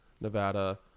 Nevada